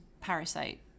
parasite